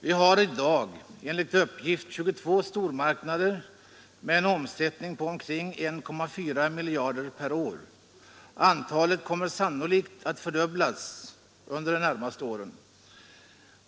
Vi har i dag enligt uppgift 22 stormarknader med en omsättning på omkring 1,4 miljarder kronor per år. Antalet kommer sannolikt att fördubblas under de närmaste åren.